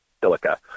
silica